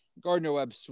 Gardner-Webb